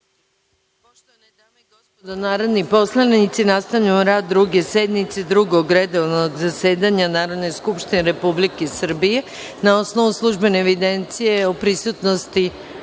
Poštovane dame i gospodo narodni poslanici, nastavljamo rad Druge sednice Drugog redovnog zasedanja Narodne skupštine Republike Srbije u 2016. godini. Na osnovu službene evidencije o prisutnosti